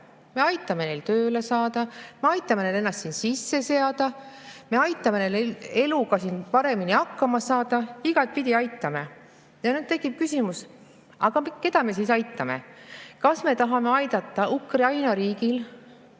Me aitame neil tööle saada, me aitame neil ennast siin sisse seada, me aitame neil eluga paremini hakkama saada, igatpidi aitame. Ja nüüd tekib küsimus: aga keda me siis aitame? Kas me tahame aidata Ukraina riigil